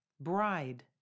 Bride